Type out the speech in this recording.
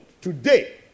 Today